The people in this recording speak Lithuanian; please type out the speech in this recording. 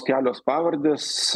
kelios pavardės